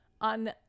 on